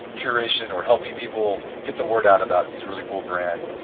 curation or helping people get the word out about these really cool brands.